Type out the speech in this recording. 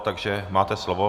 Takže máte slovo.